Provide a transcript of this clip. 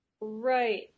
Right